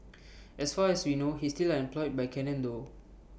as far as we know he's still employed by Canon though